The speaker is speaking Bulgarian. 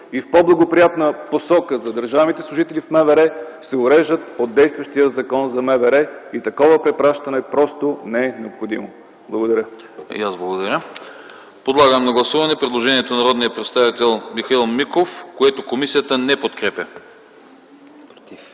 и в по-благоприятна посока за държавните служители в МВР, се уреждат от действащия Закон за МВР! Такова препращане просто не е необходимо. Благодаря. ПРЕДСЕДАТЕЛ АНАСТАС АНАСТАСОВ: И аз благодаря. Подлагам на гласуване предложението на народния представител Михаил Миков, което комисията не подкрепя.